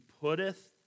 putteth